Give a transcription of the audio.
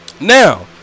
Now